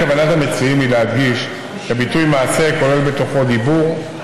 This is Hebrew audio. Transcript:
כוונת המציעים היא להדגיש כי הביטוי "מעשה" כולל בתוכו דיבור,